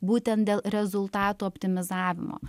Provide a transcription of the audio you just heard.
būtent dėl rezultatų optimizavimo